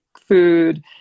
food